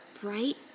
bright